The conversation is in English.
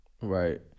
Right